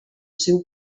seu